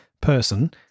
person